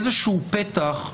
איזשהו פתח.